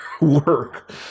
work